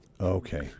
Okay